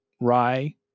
rye